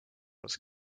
his